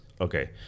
okay